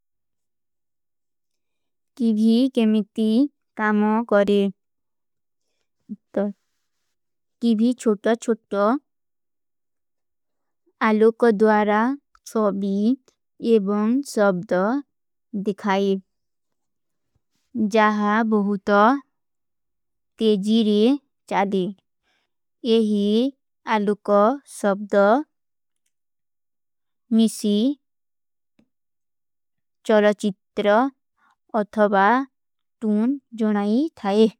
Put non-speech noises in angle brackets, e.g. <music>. କିଵୀ କୈମିଟୀ କାମା କରେ। କିଵୀ ଚୋଟା-ଚୋଟା ଆଲୋ କା ଦ୍ଵାରା ସଵୀ ଏବଂ ସବ୍ଦ ଦିଖାଈ। ଜାହା ବହୁତ ତେଜୀରେ ଚାଦେ। ଏହୀ ଆଲୋ କା ସବ୍ଦ, ମିଶୀ, <hesitation> ଚଲଚିତ୍ର ଅଥଵା ଟୂନ ଜୋନାଈ ଥାଈ।